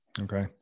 Okay